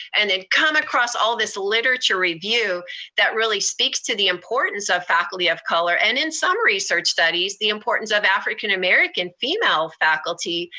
and then come across all this literature review that really speaks to the importance of faculty of color. and in some research studies, the importance of african american female faculty,